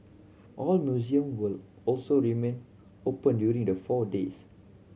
all museum will also remain open during the four days